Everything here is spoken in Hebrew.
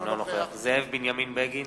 אינו נוכח זאב בנימין בגין,